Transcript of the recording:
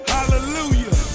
Hallelujah